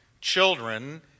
children